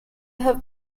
have